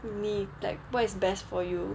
你 like what is best for you